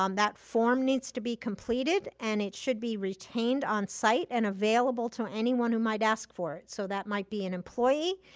um that form needs to completed and it should be retained onsite and available to anyone who might ask for it. so that might be an employee,